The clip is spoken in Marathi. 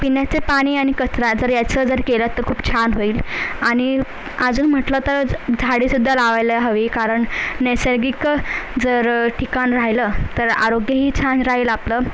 पिण्याचे पाणी आणि कचरा जर याचं जर केलं तर खूप छान होईल आणि अजून म्हटलं तर झाडेसुद्धा लावायला हवी कारण नैसर्गिक जर ठिकाण राहिलं तर आरोग्यही छान राहील आपलं